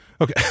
Okay